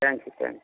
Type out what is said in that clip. thanks thanks